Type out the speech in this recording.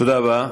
תודה רבה.